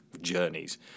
journeys